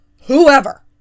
whoever